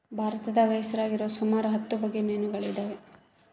ಭಾರತದಾಗ ಹೆಸರಾಗಿರುವ ಸುಮಾರು ಹತ್ತು ಬಗೆ ಮೀನುಗಳಿದವ